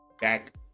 back